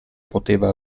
poteva